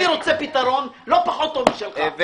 אני רוצה פתרון לא פחות טוב משלך,